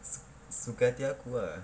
suka hati aku ah